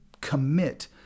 commit